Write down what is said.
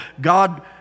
God